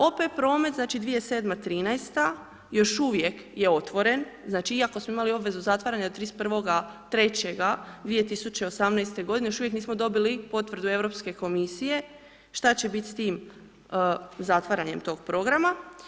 OP promet znači 2007-2013. još uvijek je otvoren, znači iako smo imali obvezu zatvaranja 31.03.2018. g., još uvijek nismo dobili potvrdu Europske komisije šta će biti s tim zatvaranjem tog programa.